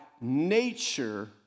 nature